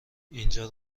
اینجا